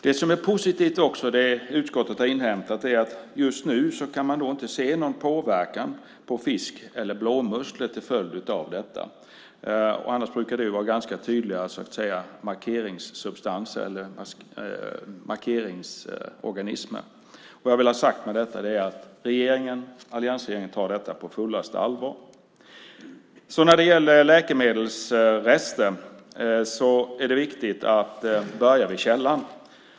Det som är positivt också som utskottet har inhämtat är att just nu kan man inte se någon påverkan på fisk eller blåmusslor till följd av användningen av detta sötningsmedel. Annars brukar det vara ganska tydliga markeringsorganismer. Vad jag vill ha sagt med detta är att alliansregeringen tar detta på fullaste allvar. När det gäller läkemedelsrester är det viktigt att börja vid källan.